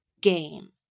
game